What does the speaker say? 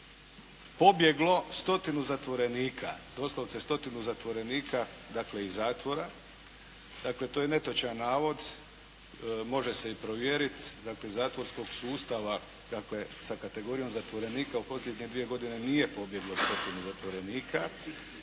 pobjeglo stotinu zatvorenika. Doslovce stotinu zatvorenika dakle iz zatvora. To je netočan navod. Može se i provjeriti. Dakle zatvorskog sustava sa kategorijom zatvorenika u posljednje dvije godine nije pobjeglo stotinu zatvorenika.